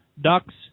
ducks